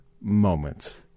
moments